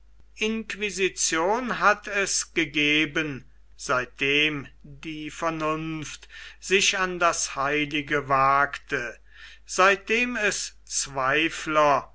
inquisition hat es gegeben seitdem die vernunft sich an das heilige wagte seitdem es zweifler